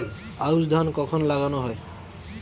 আউশ ধান কখন লাগানো হয়?